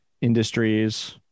industries